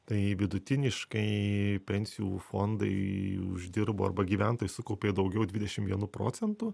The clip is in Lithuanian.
tai vidutiniškai pensijų fondai uždirbo arba gyventojai sukaupė daugiau dvidešim vienu procentu